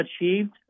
achieved